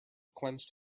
clenched